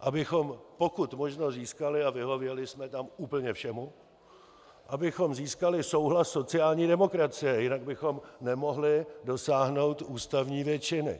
abychom pokud možno získali, a vyhověli jsme tam úplně všemu, abychom získali souhlas sociální demokracie, jinak bychom nemohli dosáhnout ústavní většiny.